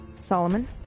Solomon